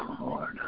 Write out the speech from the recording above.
Lord